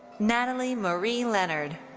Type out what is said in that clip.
natalie marie leonard.